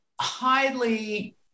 highly